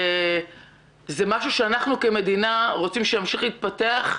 משהו שאנחנו כמדינה רוצים שימשיך להתפתח,